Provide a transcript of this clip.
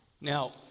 Now